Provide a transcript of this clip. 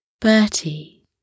Bertie